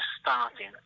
starting